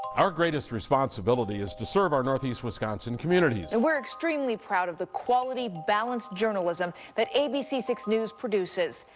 our greatest responsibility is to serve our northwest and communities. and we are extremely proud of the quality, balanced journalism that a b c six news produces.